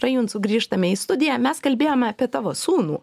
rajuncu grįžtame į studiją mes kalbėjome apie tavo sūnų